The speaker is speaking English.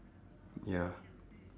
ya